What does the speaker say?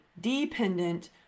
dependent